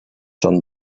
són